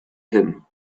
him